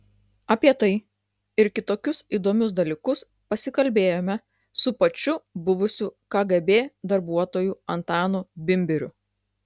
apie tai ir kitokius įdomius dalykus pasikalbėjome su pačiu buvusiu kgb darbuotoju antanu bimbiriu